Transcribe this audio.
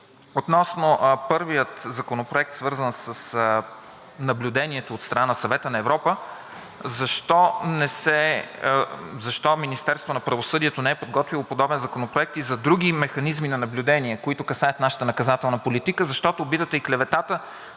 Относно първия законопроект, свързан с наблюдението от страна на Съвета на Европа, защо Министерството на правосъдието не е подготвило подобен законопроект и за други механизми на наблюдение, които касаят нашата наказателна политика, защото обидата и клеветата